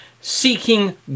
Seeking